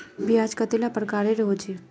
ब्याज कतेला प्रकारेर होचे?